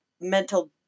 mental